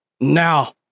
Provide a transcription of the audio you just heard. now